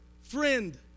friend